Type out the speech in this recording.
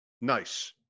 Nice